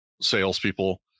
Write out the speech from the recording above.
salespeople